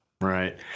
Right